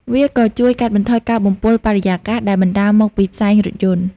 វាក៏ជួយកាត់បន្ថយការបំពុលបរិយាកាសដែលបណ្តាលមកពីផ្សែងរថយន្ត។